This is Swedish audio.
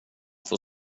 får